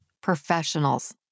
professionals